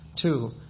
Two